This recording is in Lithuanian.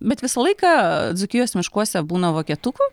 bet visą laiką dzūkijos miškuose būna vokietukų